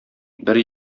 бер